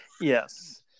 Yes